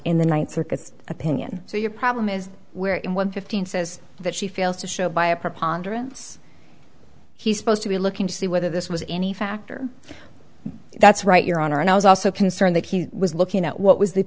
in the ninth circuit's opinion so your problem is where in one fifteen says that she feels to show by a preponderance he's supposed to be looking to see whether this was any factor that's right your honor and i was also concerned that he was looking at what was the